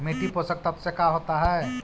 मिट्टी पोषक तत्त्व से का होता है?